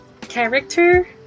character